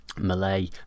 malay